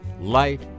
light